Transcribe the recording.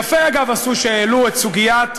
יפה, אגב, עשו שהעלו את הסוגיה,